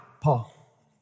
Paul